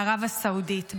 בערב הסעודית.